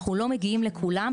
אנחנו לא מגיעים לכולם,